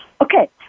Okay